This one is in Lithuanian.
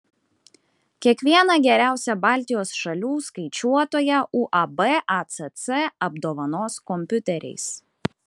kiekvieną geriausią baltijos šalių skaičiuotoją uab acc apdovanos kompiuteriais